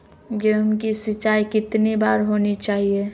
गेहु की सिंचाई कितनी बार होनी चाहिए?